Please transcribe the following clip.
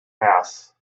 house